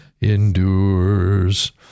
endures